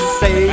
say